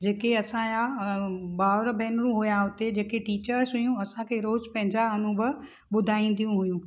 जेके असांजा भाउरु भेनरुं हुआ हुते जेके टीचर्स हुयूं असांखे रोज़ पंहिंजा अनुभव ॿुधाईंदियूं हुयूं